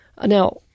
Now